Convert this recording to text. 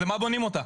אז למה בונים אותה?